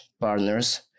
partners